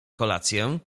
kolację